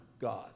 God